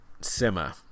simmer